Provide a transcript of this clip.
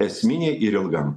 esminiai ir ilgam